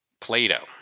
Plato